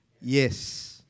Yes